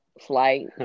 flight